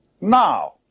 Now